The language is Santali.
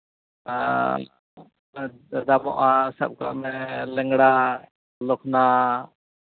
ᱫᱟᱢᱚᱜᱼᱟ ᱥᱟᱵ ᱠᱟᱜ ᱢᱮ ᱞᱮᱝᱲᱟ ᱞᱚᱠᱷᱱᱟ